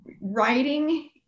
writing